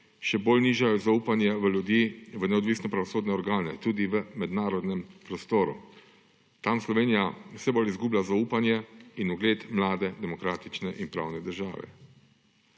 še bolj nižajo zaupanje ljudi v neodvisne pravosodne organe, tudi v mednarodnem prostoru. Tam Slovenija vse bolj izgublja zaupanje in ugled mlade demokratične in pravne države.